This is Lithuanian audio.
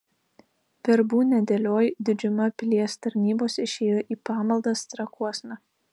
verbų nedėlioj didžiuma pilies tarnybos išėjo į pamaldas trakuosna